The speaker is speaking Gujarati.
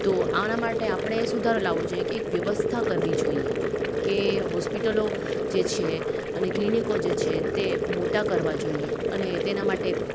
તો આના માટે આપણે સુધારો લાવવો જોઈએ કે એક વ્યવસ્થા કરવી જોઈએ કે હોસ્પિટલો જે છે અને ક્લિનિકો જે છે તે મોટા કરવા જોઈએ અને તેના માટે